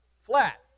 flat